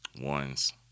Ones